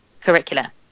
curricula